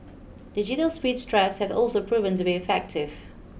digital speeds traps have also proven to be effective